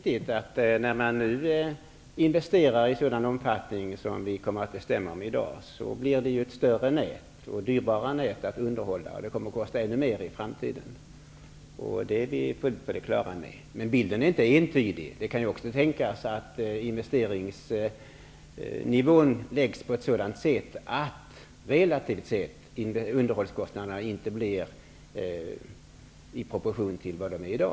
Herr talman! När man investerar i sådan omfattning som vi kommer att bestämma om i dag blir det ett större nät som är dyrbart att underhålla. Det är riktigt. Det kommer att kosta ännu mer i framtiden. Det är vi helt på det klara med, men bilden är inte entydig. Det kan också tänkas att investeringsnivån läggs på ett sådant sätt att underhållskostnaderna relativt sett inte står i proportion till vad de är i dag.